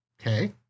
Okay